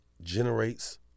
generates